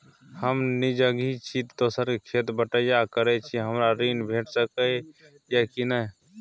हम निजगही छी, दोसर के खेत बटईया करैत छी, हमरा ऋण भेट सकै ये कि नय?